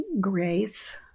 grace